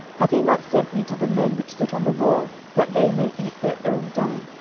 hath he not sent me to the men which sit on the wall, that they may eat their own dung,